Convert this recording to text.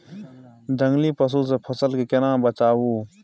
जंगली पसु से फसल के केना बचावी?